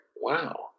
wow